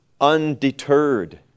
undeterred